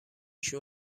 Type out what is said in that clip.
شون